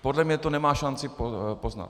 Podle mě to nemá šanci poznat.